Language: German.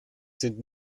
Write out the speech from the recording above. sind